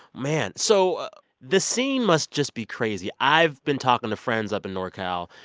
man. so the scene must just be crazy. i've been talking to friends up in norcal.